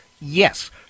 Yes